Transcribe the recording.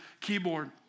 keyboard